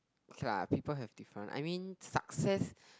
okay lah people have different I mean success